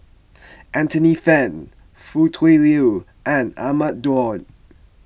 Anthony then Foo Tui Liew and Ahmad Daud